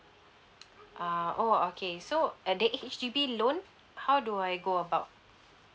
ah oh okay so uh the H_D_B loan how do I go about